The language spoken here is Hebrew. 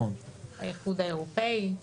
האיחוד האירופאי.